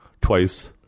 Twice